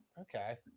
Okay